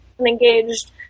Engaged